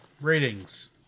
ratings